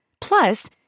Plus